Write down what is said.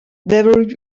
there